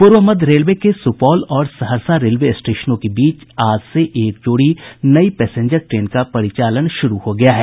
पूर्व मध्य रेलवे के सुपौल और सहरसा रेलवे स्टेशनों के बीच आज से एक जोड़ी नयी पैसेंजर ट्रेन का परिचालन शुरु हो गया है